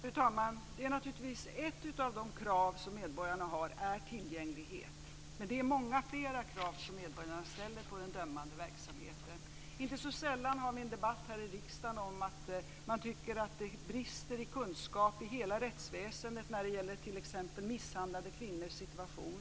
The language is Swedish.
Fru talman! Ett av de krav som medborgarna ställer gäller naturligtvis tillgängligheten. Men det är många fler krav som medborgarna ställer på den dömande verksamheten. Inte så sällan har vi en debatt här i riksdagen om att man tycker att det brister i kunskap i hela rättsväsendet. Det gäller t.ex. misshandlade kvinnors situation.